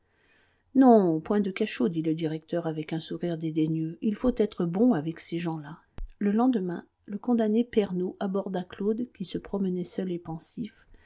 non point de cachot dit le directeur avec un sourire dédaigneux il faut être bon avec ces gens-là le lendemain le condamné pernot aborda claude qui se promenait seul et pensif